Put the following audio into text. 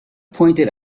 pointed